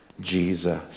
Jesus